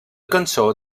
cançó